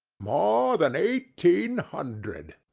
more than eighteen hundred,